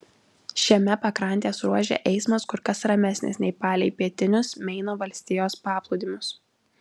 šiame pakrantės ruože eismas kur kas ramesnis nei palei pietinius meino valstijos paplūdimius